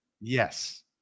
Yes